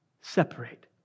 Separate